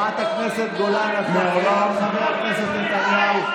חברת הכנסת גולן, את מפריעה לחבר הכנסת נתניהו.